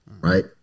right